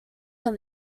from